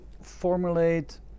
formulate